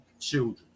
children